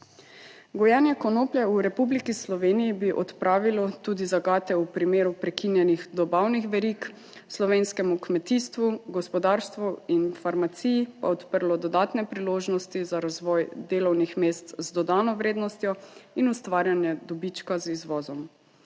Gojenje konoplje v Republiki Sloveniji bi odpravilo tudi zagate v primeru prekinjenih dobavnih verig, slovenskemu kmetijstvu, gospodarstvu in farmaciji pa odprlo dodatne priložnosti za razvoj delovnih mest z dodano vrednostjo in ustvarjanje dobička z izvozom.